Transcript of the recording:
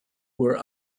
were